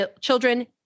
children